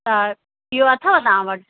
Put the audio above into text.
त इहो अथव तव्हां वटि